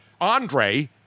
Andre